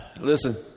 Listen